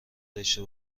داشته